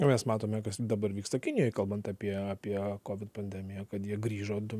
o mes matome kas dabar vyksta kinijoj kalbant apie apie covid pandemiją kad jie grįžo du